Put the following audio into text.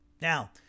Now